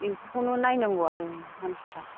बेफोरखौनो नायनांगौ आरो मानसिफ्रा